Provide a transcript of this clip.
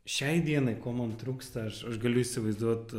šiai dienai ko man trūksta aš galiu įsivaizduot